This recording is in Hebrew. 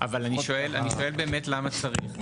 אבל אני שואל באמת למה צריך?